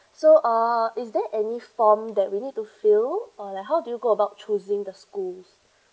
so uh is there any form that we need to fill or like how do you go about choosing the school